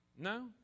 No